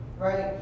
right